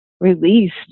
released